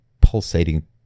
pulsating